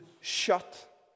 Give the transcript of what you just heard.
shut